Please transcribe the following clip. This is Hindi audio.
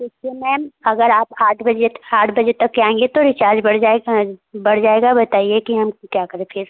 देखिए मैम अगर आप आठ बजे आठ बजे तक के आएंगी तो रीचार्ज बढ़ जाएगा बढ़ जाएगा बताइए कि हम क्या करें फिर